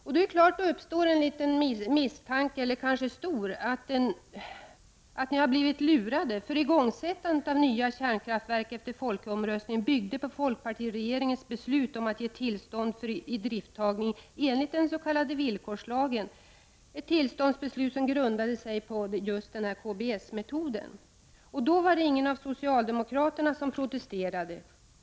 Det är klart att det då uppstår en misstanke om att ni blivit lurade, eftersom igångsättandet av nya kärnkraftverk efter folkomröstningen byggde på folkpartiregeringens beslut om att ge tillstånd för idrifttagningen enligt den s.k. villkorslagen, ett tillståndsbeslut som grundade sig på just KBS-metoden. Då var det ingen av socialdemokraterna som protesterade.